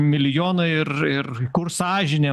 milijonai ir ir kur sąžinė